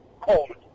cold